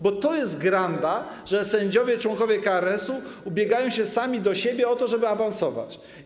Bo to jest granda, że sędziowie, członkowie KRS-u ubiegają się sami u siebie o to, żeby awansować.